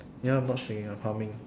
ya I'm not singing I'm humming